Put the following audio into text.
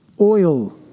oil